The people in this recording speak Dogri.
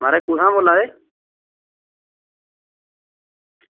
म्हाराज कुत्थां बोल्ला दे